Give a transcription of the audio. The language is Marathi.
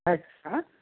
अच्छा